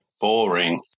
Boring